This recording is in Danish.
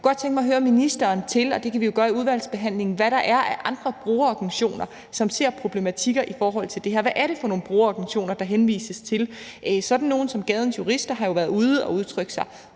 Jeg kunne godt tænke mig at høre ministeren om, og det kan vi jo tage i udvalgsbehandlingen, hvad der er af andre brugerorganisationer, som ser problematikker i forhold til det her. Hvad er det for nogle brugerorganisationer, der henvises til? Sådan nogle som Stenbroens Jurister har jo været ude at udtrykke sig